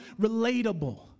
relatable